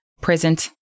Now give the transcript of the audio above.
present